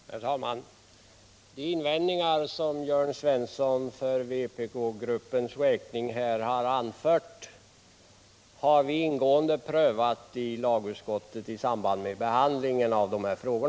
Herr talman! De invändningar som Jörn Svensson för vpk-gruppens räkning nu anfört har vi ingående prövat i lagutskottet i samband med behandlingen av dessa frågor.